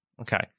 Okay